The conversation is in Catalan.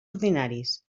ordinaris